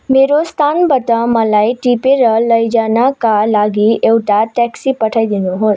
मेरो स्थानबाट मलाई टिपेर लैजानका लागि एउटा ट्याक्सी पठाइदिनुहोस्